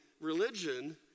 religion